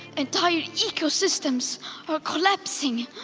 entire ecosystems are collapsing.